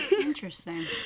Interesting